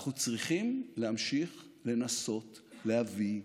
אנחנו צריכים להמשיך לנסות להביא שלום.